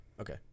Okay